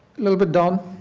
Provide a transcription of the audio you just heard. little bit down